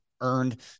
earned